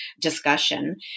discussion